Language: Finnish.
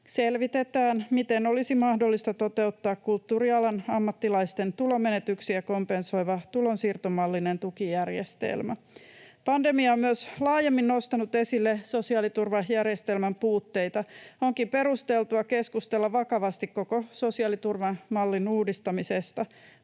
selvitetään, miten olisi mahdollista toteuttaa kulttuurialan ammattilaisten tulonmenetyksiä kompensoiva tulonsiirtomallinen tukijärjestelmä.” Pandemia on myös laajemmin nostanut esille sosiaaliturvajärjestelmän puutteita. Onkin perusteltua keskustella vakavasti koko sosiaaliturvamallin uudistamisesta.